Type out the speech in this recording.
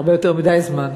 הרבה יותר מדי זמן,